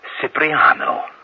Cipriano